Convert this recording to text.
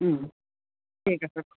ঠিক আছে